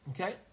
Okay